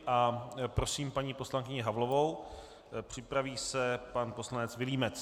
A prosím paní poslankyni Havlovou, připraví se pan poslanec Vilímec.